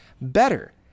better